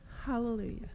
Hallelujah